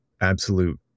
absolute